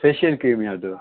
facial cream ಯಾವುದು